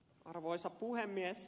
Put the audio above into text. arvoisa puhemies